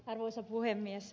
arvoisa puhemies